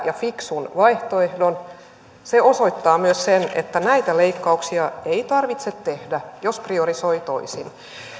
ja fiksu vaihtoehto se osoittaa myös sen että näitä leikkauksia ei tarvitse tehdä jos priorisoi toisin